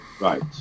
Right